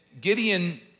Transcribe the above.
Gideon